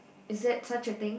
is that such a thing